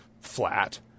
flat